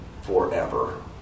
forever